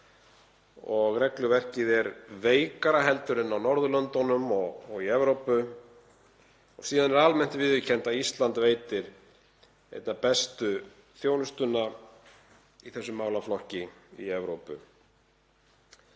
Regluverkið er veikara heldur en á Norðurlöndunum og í Evrópu. Síðan er almennt viðurkennt að Ísland veitir eina bestu þjónustuna í þessum málaflokki í Evrópu.